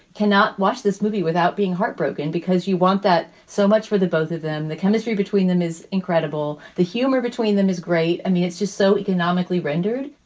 cannot watch this movie without being heartbroken because you want that. so much for the both of them. the chemistry between them is incredible. the humor between them is great. i mean, it's just so economically rendered.